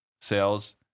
sales